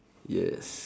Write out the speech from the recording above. yes